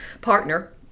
partner